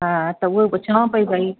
हा त उहो ई पुछांव पई भई